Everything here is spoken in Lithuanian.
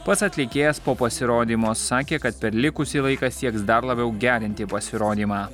pats atlikėjas po pasirodymo sakė kad per likusį laiką sieks dar labiau gerinti pasirodymą